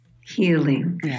Healing